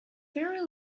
very